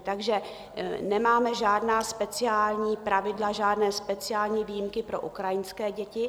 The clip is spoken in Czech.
Takže nemáme žádná speciální pravidla, žádné speciální výjimky pro ukrajinské děti.